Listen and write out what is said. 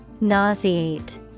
Nauseate